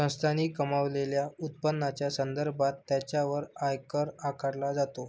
संस्थांनी कमावलेल्या उत्पन्नाच्या संदर्भात त्यांच्यावर आयकर आकारला जातो